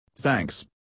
Thanks